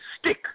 stick